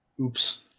Oops